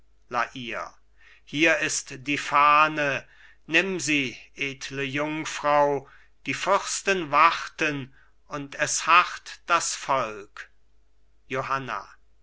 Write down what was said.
hier ist die fahne nimm sie edle jungfrau die fürsten warten und es harrt das volk johanna